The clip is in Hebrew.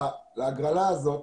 להגרלה הזאת,